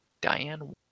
Diane